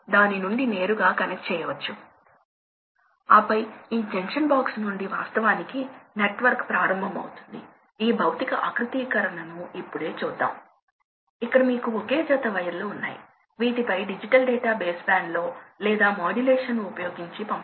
కాబట్టి ఇది ఒక సాధారణ డిమాండ్ ప్రొఫైల్ దీని గరిష్ట ప్రవాహం 100 శాతం అని పిలుస్తాము ఎందుకంటే మనము కొంత సేఫ్టీ మార్జిన్ ను కలిగి ఉండాలి